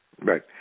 right